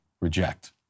reject